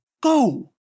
go